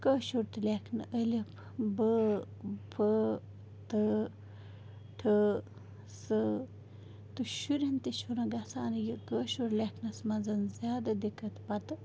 کٲشُر تہِ لٮ۪کھنہٕ ا بٲ فٲ تٲ ٹھٲ سٲ تہٕ شُرٮ۪ن تہِ چھُنہٕ گژھان یہِ کٲشُر لٮ۪کھنَس منٛز زیادٕ دِقت پَتہٕ